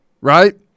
Right